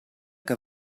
que